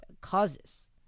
causes